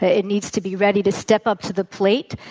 ah it needs to be ready to step up to the plate,